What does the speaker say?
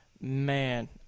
man